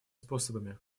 способами